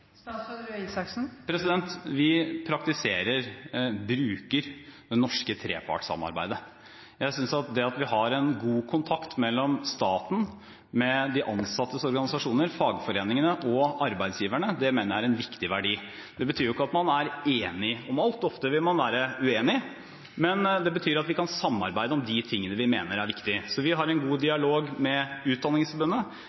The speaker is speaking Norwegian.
Vi praktiserer og bruker det norske trepartssamarbeidet. Jeg synes at det at vi har en god kontakt mellom staten, de ansattes organisasjoner, fagforeningene og arbeidsgiverne er en viktig verdi. Det betyr ikke at man er enige om alt, ofte vil man være uenige, men det betyr at vi kan samarbeide om de tingene vi mener er viktig. Vi har en god dialog med Utdanningsforbundet, vi har en god